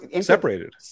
separated